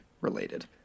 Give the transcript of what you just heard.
related